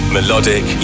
Melodic